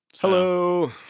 Hello